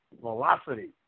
velocity